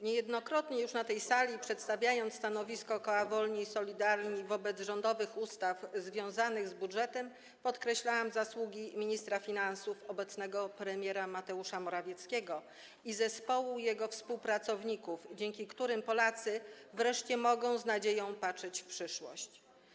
Niejednokrotnie już na tej sali przedstawiając stanowisko koła Wolni i Solidarni wobec rządowych projektów ustaw związanych z budżetem, podkreślałam zasługi ministra finansów, obecnego premiera, Mateusza Morawieckiego i zespołu jego współpracowników, dzięki którym Polacy wreszcie mogą z nadzieją patrzeć w przyszłość.